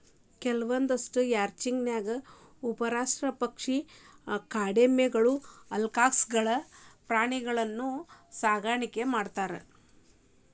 ಕೆಲವಂದ್ಸಲ ರ್ಯಾಂಚಿಂಗ್ ನ್ಯಾಗ ಉಷ್ಟ್ರಪಕ್ಷಿಗಳು, ಕಾಡೆಮ್ಮಿಗಳು, ಅಲ್ಕಾಸ್ಗಳಂತ ಪ್ರಾಣಿಗಳನ್ನೂ ಸಾಕಾಣಿಕೆ ಮಾಡ್ತಾರ